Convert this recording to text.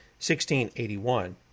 1681